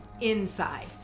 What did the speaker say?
inside